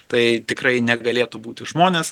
tai tikrai negalėtų būti žmonės